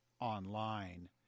online